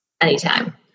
anytime